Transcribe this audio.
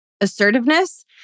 Assertiveness